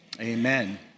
Amen